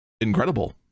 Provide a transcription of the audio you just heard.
Incredible